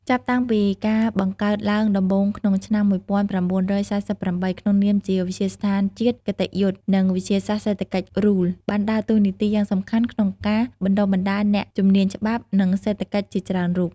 ចាប់តាំងពីការបង្កើតឡើងដំបូងក្នុងឆ្នាំ ១៩៤៨ ក្នុងនាមជាវិទ្យាស្ថានជាតិគតិយុត្តិ និងវិទ្យាសាស្ត្រសេដ្ឋកិច្ច RULE បានដើរតួនាទីយ៉ាងសំខាន់ក្នុងការបណ្តុះបណ្តាលអ្នកជំនាញច្បាប់ និងសេដ្ឋកិច្ចជាច្រើនរូប។